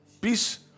Peace